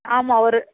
ஆமாம் ஒரு